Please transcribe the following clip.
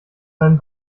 seinen